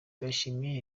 ndayishimiye